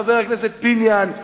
חבר הכנסת פיניאן,